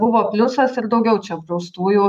buvo pliusas ir daugiau čia apdraustųjų